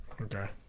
Okay